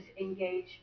engage